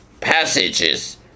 passages